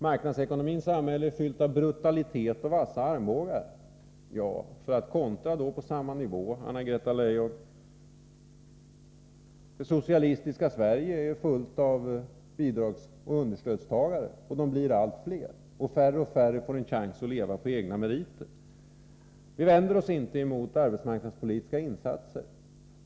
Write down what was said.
”Marknadsekonomins samhälle är fyllt av brutalitet och vassa armbågar.” Ja, för att kontra på samma nivå, Anna-Greta Leijon: Det socialistiska Sverige är fullt av bidragsoch understödstagare, och de blir allt fler. Färre och färre får en chans att leva på egna meriter. Vi vänder oss inte mot arbetsmarknadspolitiska insatser.